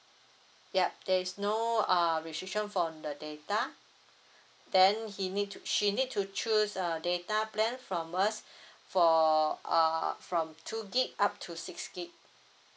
yup there is no uh restriction from the data then he need to she need to choose uh data plan from us for uh from two gigabyte up to six gigabyte